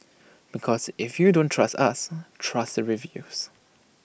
because if you don't trust us trust the reviews